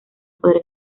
poder